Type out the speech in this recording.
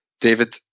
David